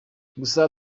gusa